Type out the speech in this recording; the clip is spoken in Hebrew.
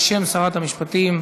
בשם שרת המשפטים,